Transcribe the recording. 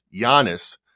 Giannis